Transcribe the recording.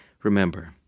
Remember